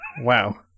Wow